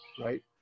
right